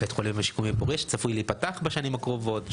בית החולים השיקומי בפוריה שצפוי להיפתח בשנים הקרובות,